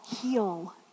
heal